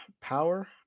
Power